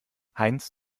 heinz